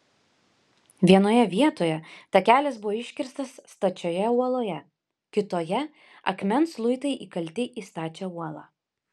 vienoje vietoje takelis buvo iškirstas stačioje uoloje kitoje akmens luitai įkalti į stačią uolą